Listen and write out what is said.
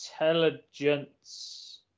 Intelligence